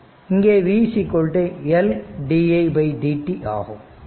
இங்கே v L didt ஆகும்